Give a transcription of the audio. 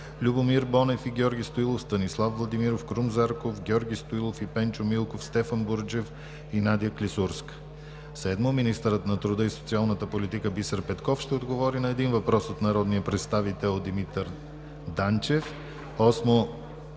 Любомир Бонев и Георги Стоилов; Станислав Владимиров; Крум Зарков, Георги Стоилов и Пенчо Милков; Стефан Бурджев; и Надя Клисурска. 7. Министърът на труда и социалната политика Бисер Петков ще отговори на един въпрос от народния представител Димитър Данчев. 8.